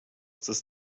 das